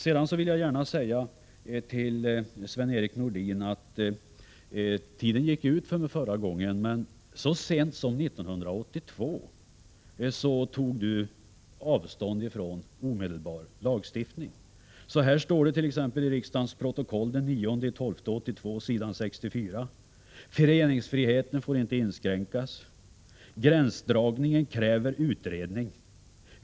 Till Sven-Erik Nordin vill jag gärna säga — tiden gick ut för mig förra gången — att Sven-Erik Nordin så sent som 1982 tog avstånd från omedelbar lagstiftning. Så här står det i riksdagens protokoll den 9 december 1982, s. 64: ”Föreningsfriheten får inte inskränkas. Gränsdragningen kräver utredning.